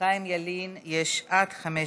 לחיים ילין יש עד חמש